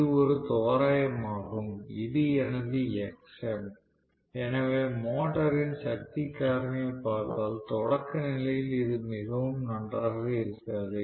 இது ஒரு தோராயமாகும் இது எனது Xm எனவே மோட்டரின் சக்தி காரணியைப் பார்த்தால் தொடக்க நிலையில் இது மிகவும் நன்றாக இருக்காது